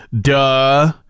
duh